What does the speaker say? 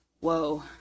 whoa